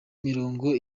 mirongo